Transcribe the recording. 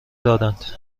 دادند